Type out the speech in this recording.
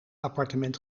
appartement